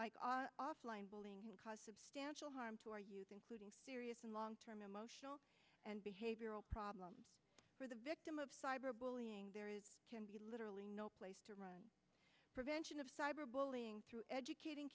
substantial harm to our youth including serious and long term emotional and behavioral problems for the victim of cyber bullying there is literally no place to run prevention of cyber bullying through educating